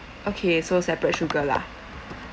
okay so separate sugar lah